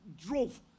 Drove